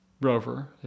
rover